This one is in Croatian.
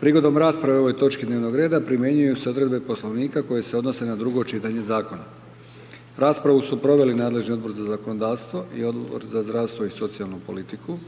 Prigodom rasprave o ovoj točci dnevnog reda, primjenjuju se odredbe poslovnika koje se odnose na prvo čitanje zakona. Raspravu su proveli Odbor za zakonodavstvo, Odbor za unutarnju politiku,